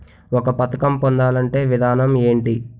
ఒక పథకం పొందాలంటే విధానం ఏంటి?